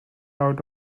out